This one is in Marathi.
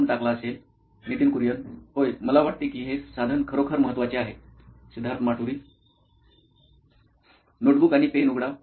Nitin Kurian COO nine electronics होय मला वाटते की हे साधन खरोखर महत्वाचे आहे सिद्धार्थ माटुरी मुख्य कार्यकारी अधिकारी नॉइन इलेक्ट्रॉनिक्स नोटबुक आणि पेन उघडा